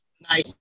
nice